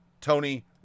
Tony